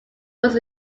was